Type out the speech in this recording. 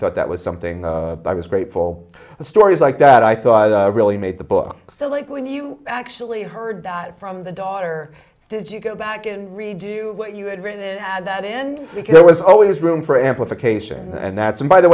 thought that was something i was grateful for the stories like that i thought really made the book feel like when you actually heard that from the daughter did you go back and read you what you had written that in there was always room for amplification and that's and by the